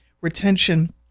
retention